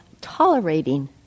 tolerating